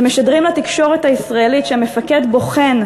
שמשדרים לתקשורת הישראלית שהמפקד בוחן,